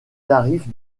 tarifs